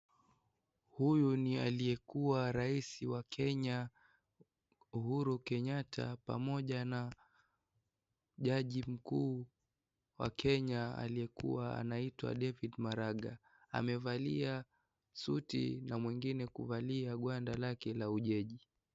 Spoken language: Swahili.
Huyu ni aliyekuwa rais wa Kenya, Uhuru Kenyatta, pamoja na jaji mkuu wa Kenya aliyekuwa anaitwa David Maraga. Amevalia suti na mwingine gwanda lake la ujeji.